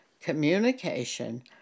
communication